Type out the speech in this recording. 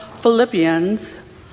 Philippians